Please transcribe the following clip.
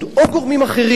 או גורמים אחרים,